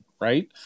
right